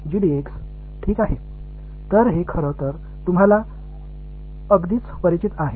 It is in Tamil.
எனவே இது உண்மையில் உங்களுக்கு மிகவும் பரிச்சயமானது